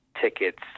tickets